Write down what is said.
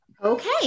Okay